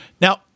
now